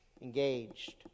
Engaged